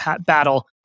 battle